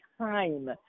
time